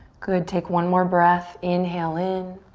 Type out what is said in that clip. good, take one more breath. inhale in.